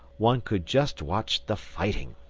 one could just watch the fighting.